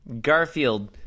Garfield